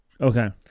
Okay